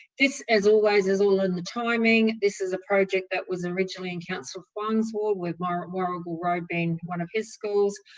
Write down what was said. this, as always, is all in the timing. this is a project that was originally in councillor huang's ward, with warrigal road being one of his schools.